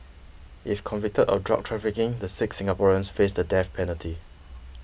if convicted of drug trafficking the six Singaporeans face the death penalty